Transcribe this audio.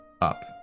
up